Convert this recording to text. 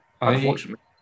unfortunately